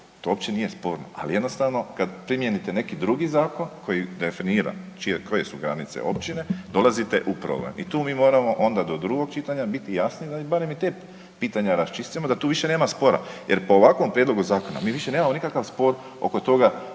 to uopće nije sporno, ali jednostavno, kad primijenite neki drugi zakon koji definira čije, koje su granice općine, dolazite u problem i tu mi moramo onda do drugog čitanja biti jasni da barem i te pitanja raščistimo da tu više nema spora. Jer po ovakvom prijedlogu zakona, mi više nemamo nikakav spor oko toga